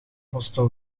hostel